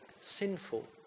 sinful